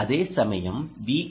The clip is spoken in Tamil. அதேசமயம் Vi 2